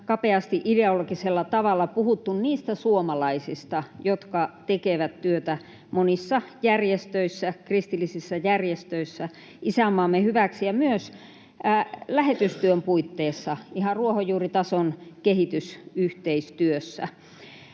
kapeasti ideologisella tavalla puhuttu niistä suomalaisista, jotka tekevät työtä monissa järjestöissä, kristillisissä järjestöissä, isänmaamme hyväksi ja myös lähetystyön puitteissa ihan ruohonjuuritason kehitysyhteistyössä.